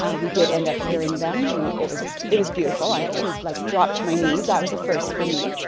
ah we did end up hearing them it was it was beautiful, i actually like dropped to my knees. that was a first for me.